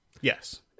Yes